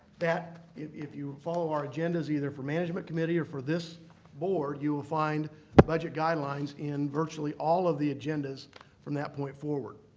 that, if you follow our agendas either for management committee or for this board, you will find budget guidelines in virtually all of the agendas from that point forward.